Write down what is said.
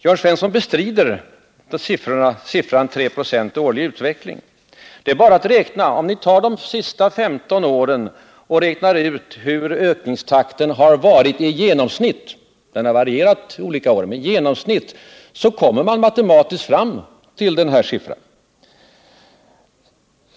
Jörn Svensson bestrider siffran 3 26 per år. Men det är bara att räkna. Om ni tar de sista 15 åren och räknar ut den genomsnittliga ökningstakten — den har varierat under åren — kommer man matematiskt fram till den här siffran.